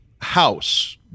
house